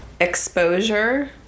exposure